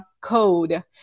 code